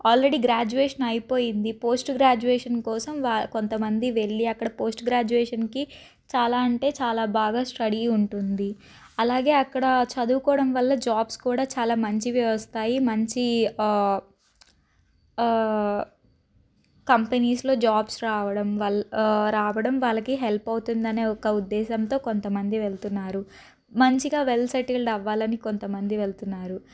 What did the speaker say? already graduation అయిపోయింది post graduation కోసం కొంతమంది వెళ్ళి అక్కడ పోస్ట్ గ్రాడ్యుయేషన్కి చాలా అంటే చాలా బాగా స్టడీ ఉంటుంది అలాగే అక్కడ చదువుకోవడం వల్ల జాబ్స్ కూడా చాలా మంచివి వ్యవస్తాయి మంచి కంపెనీస్లో జాబ్స్ రావడం వల్ల రావడం వాళ్ళకి హెల్ప్ అవుతుంది అనే ఒక ఉద్దేశంతో కొంతమంది వెళ్తున్నారు మంచిగా వెల్ సెటిల్డ్ అవ్వాలని కొంతమంది వెళ్తున్నారు